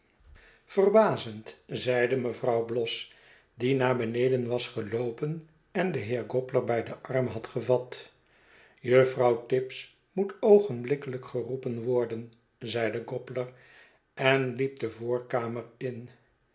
zeide mevrouw bloss die naar beneden was geloopen en den heer gobler bij den arm had gevat juffrouw tibbs moet oogenblikkelijk geroepen worden zeide gobler en liep de voorkamer in